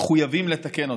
מחויבים לתקן אותה,